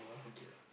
okay ah